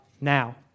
now